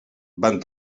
van